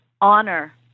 honor